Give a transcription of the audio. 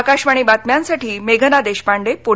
आकाशवाणी बातम्यांसाठी मेघना देशपांडे पुणे